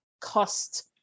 cost